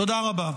תודה רבה.